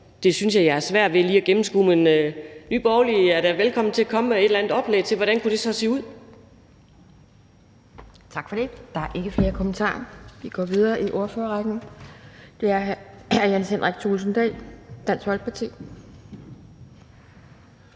synes jeg at jeg har svært ved lige at gennemskue. Men Nye Borgerlige er da velkomne til at komme med et eller andet oplæg til, hvordan det så kunne se ud. Kl. 12:32 Anden næstformand (Pia Kjærsgaard): Tak for det. Der er ikke flere kommentarer. Vi går videre i ordførerrækken, og det er hr. Jens Henrik Thulesen Dahl, Dansk Folkeparti.